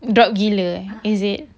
drop gila is it